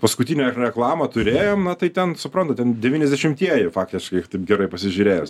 paskutinę reklamą turėjom na tai ten suprantat ten devyniasdešimtieji faktiškai taip gerai pasižiūrėjus